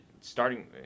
starting